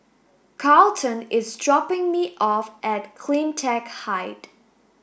Carlton is dropping me off at CleanTech Height